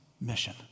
mission